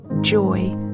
joy